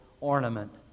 ornament